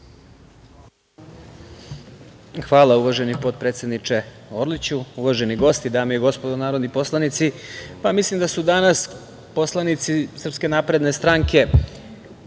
Hvala, uvaženi potpredsedniče Orliću. Uvaženi gosti, dame i gospodo narodni poslanici, mislim da su danas poslanici SNS predvođeni